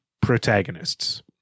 protagonists